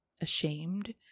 ashamed